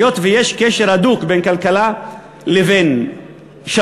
היות שיש קשר הדוק בין כלכלה לבין שלום,